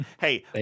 hey